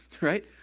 right